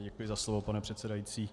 Děkuji za slovo, pane předsedající.